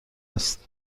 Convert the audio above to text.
است